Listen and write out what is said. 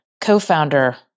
co-founder